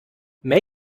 made